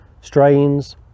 strains